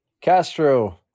Castro